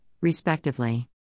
respectively